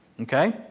Okay